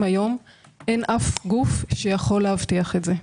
היום אין אף גוף שיכול להבטיח את זה.